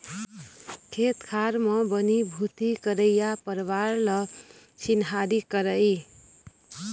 खेत खार म बनी भूथी करइया परवार ल चिन्हारी करई